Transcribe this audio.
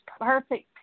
perfect